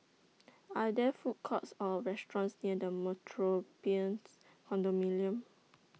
Are There Food Courts Or restaurants near The Metropolitan Condominium